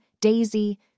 daisy